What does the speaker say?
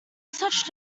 such